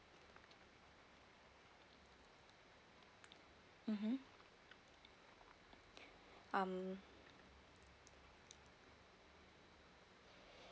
mmhmm um